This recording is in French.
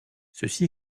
ceci